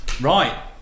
Right